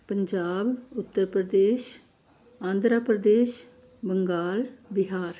Punjab Uttar Pradesh Andhra Pradesh Bengal Bihar